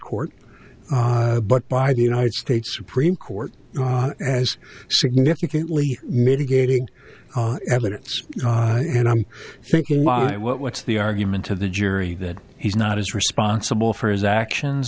court but by the united states supreme court has significantly mitigating evidence and i'm thinking why what's the argument to the jury that he's not as responsible for his actions